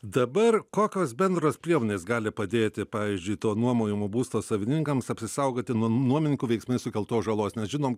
dabar kokios bendros priemonės gali padėti pavyzdžiui to nuomojamo būsto savininkams apsisaugoti nuo nuomininkų veiksmais sukeltos žalos nes žinom